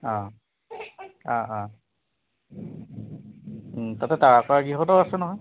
অ' অ' অ' তাতে তাৰকা গৃহ এটাও আছে নহয়